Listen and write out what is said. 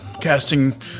casting